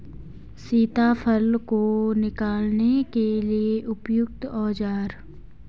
सीताफल को निकालने के लिए उपयुक्त औज़ार?